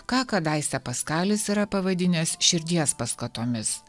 ką kadaise paskalis yra pavadinęs širdies paskatomis